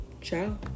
Ciao